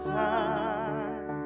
time